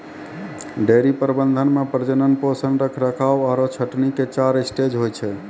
dairy प्रबंधन मॅ प्रजनन, पोषण, रखरखाव आरो छंटनी के चार स्टेज होय छै